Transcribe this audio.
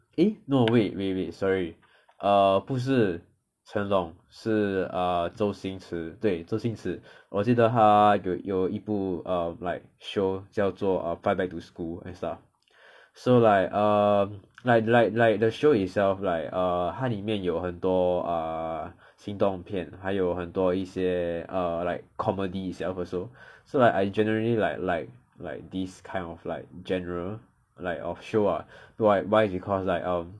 eh no wait wait wait sorry err 不是 chen long 是 err 周星驰对周星驰我记得他有一部 um like show 叫做 err fight back to school and stuff so like err like like like the show itself like err 他里面有很多 err 行动片还有很多一些 err like comedy itself also so like I generally like like like these kind of like general like of show ah so like why because like um